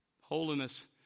Holiness